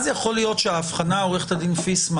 אז יכול להיות שההבחנה עורכת הדין פיסמן